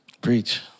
Preach